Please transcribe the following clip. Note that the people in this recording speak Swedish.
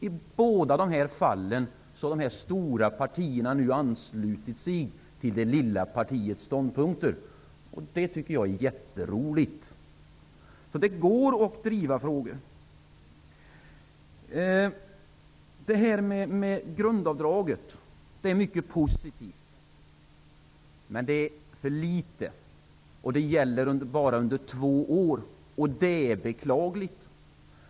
I båda dessa fall har de stora partierna nu anslutit sig till det lilla partiets ståndpunkter. Det tycker jag är jätteroligt. Det går att driva frågor. Förslaget om grundavdraget är mycket positivt. Men minskningen är för liten, och den gäller bara under två år. Det är beklagligt.